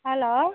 hello